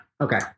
Okay